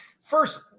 First